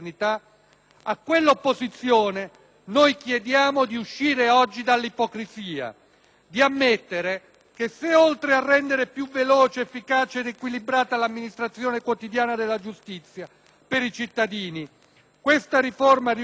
di ammettere che, se oltre a rendere più veloce, efficace ed equilibrata l'amministrazione quotidiana della giustizia per i cittadini, questa riforma riuscisse anche a porre fine a quel conflitto sotterraneo tra la giustizia e la politica